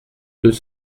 deux